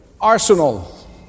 arsenal